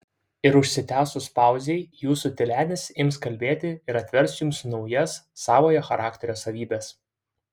ir užsitęsus pauzei jūsų tylenis ims kalbėti ir atvers jums naujas savojo charakterio savybes